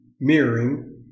mirroring